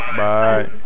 bye